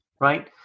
right